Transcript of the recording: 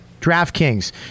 DraftKings